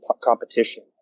competition